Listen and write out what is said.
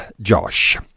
Josh